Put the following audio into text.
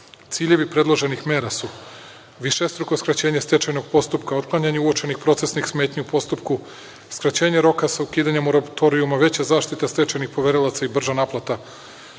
Ciljevi predloženih mera su višestruko skraćenje stečajnog postupka, otklanjanje uočenih procesnih smetnji u postupku, skraćenje roka sa ukidanjem moratorijuma, veća zaštita stečajnih poverilaca i brža naplata